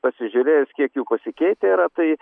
pasižiūrėjus kiek jų pasikeitę yra tai